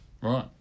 Right